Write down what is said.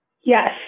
Yes